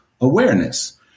awareness